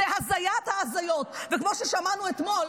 זאת הזיית ההזיות, וכמו ששמענו אתמול,